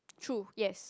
true yes